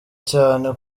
cyane